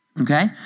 Okay